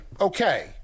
okay